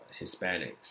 Hispanics